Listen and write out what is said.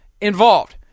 involved